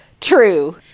true